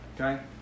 Okay